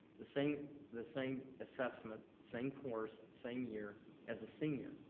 the same the same assessment, same course, same year as a senior.